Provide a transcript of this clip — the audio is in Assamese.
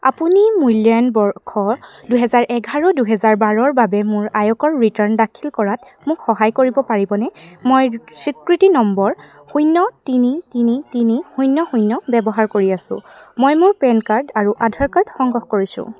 আপুনি মূল্যায়ন বৰ্ষ দুহেজাৰ এঘাৰ দুহেজাৰ বাৰৰ বাবে মোৰ আয়কৰ ৰিটাৰ্ণ দাখিল কৰাত মোক সহায় কৰিব পাৰিবনে মই স্বীকৃতি নম্বৰ শূন্য তিনি তিনি তিনি শূন্য শূন্য ব্যৱহাৰ কৰি আছোঁ মই মোৰ পেন কাৰ্ড আৰু আধাৰ কাৰ্ড সংগ্ৰহ কৰিছোঁ